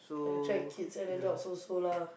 attract kids and adults also lah